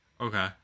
Okay